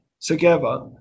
together